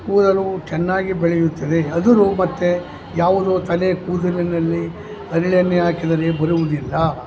ಕೂದಲು ಚೆನ್ನಾಗಿ ಬೆಳೆಯುತ್ತದೆ ಅದುರು ಮತ್ತೆ ಯಾವುರೊ ತಲೆ ಕೂದಲಿನಲ್ಲಿ ಹರಳೆಣ್ಣೆ ಹಾಕಿದರೆ ಬರುವುದಿಲ್ಲ